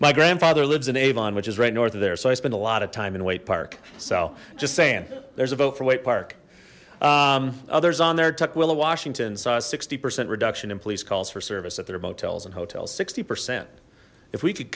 my grandfather lives in avon which is right north of there so i spend a lot of time in wait park so just saying there's a vote for wade park others on their tukwila washington saw a sixty percent reduction in police calls for service at their motels and hotels sixty percent if we could